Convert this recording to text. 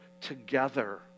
together